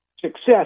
success